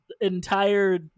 entire